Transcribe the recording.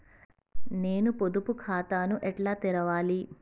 నేను పొదుపు ఖాతాను ఎట్లా తెరవాలి?